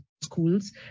schools